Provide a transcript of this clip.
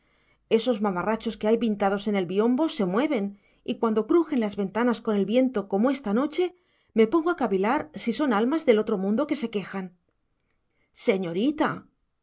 esos mamarrachos que hay pintados en el biombo se mueven y cuando crujen las ventanas con el viento como esta noche me pongo a cavilar si son almas del otro mundo que se quejan señorita